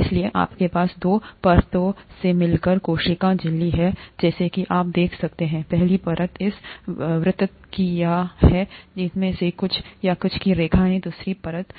इसलिए आपके पास दो परतों से मिलकर कोशिका झिल्ली है जैसा कि आप देख सकते हैं पहली परत इस वृत्त की यहाँ है और इनमें से कुछ यहाँ की रेखाएँ दूसरी परत